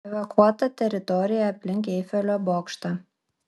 evakuota teritorija aplink eifelio bokštą